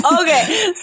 Okay